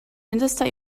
minister